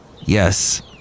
Yes